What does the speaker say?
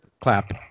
clap